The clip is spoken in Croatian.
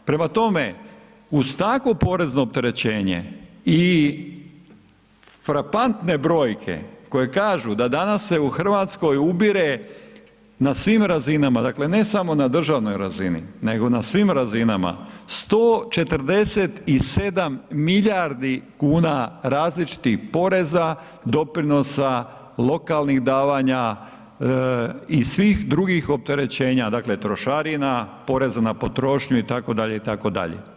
Prema tome, uz takvo porezno opterećenje i frapantne brojke koje kažu da danas se u Hrvatskoj ubire na svim razinama, dakle ne samo na državnoj razini nego na svim razinama 147 milijardi kuna različitih poreza, doprinosa, lokalnih davanja i svih drugih opterećenja trošarina, poreza na potrošnju itd., itd.